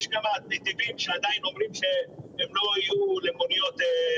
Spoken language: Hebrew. יש כמה נתיבים שעדיין אומרים שהם לא יהיו למוניות.